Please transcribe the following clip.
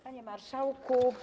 Panie Marszałku!